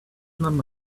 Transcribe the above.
them